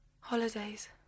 Holidays